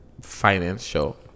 financial